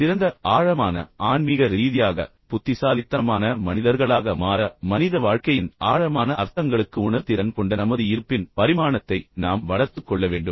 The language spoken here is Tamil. சிறந்த ஆழமான ஆன்மீக ரீதியாக புத்திசாலித்தனமான மனிதர்களாக மாற மனித வாழ்க்கையின் ஆழமான அர்த்தங்களுக்கு உணர்திறன் கொண்ட நமது இருப்பின் பரிமாணத்தை நாம் வளர்த்துக் கொள்ள வேண்டும்